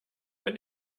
wenn